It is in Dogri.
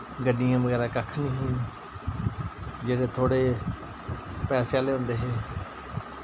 गड्डियां वगैरा कक्ख निं ही जेह्ड़े थोह्ड़े पैसे आह्ले होंदे हे